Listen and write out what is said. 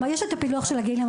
יש את הפילוח של הגיל.